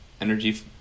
energy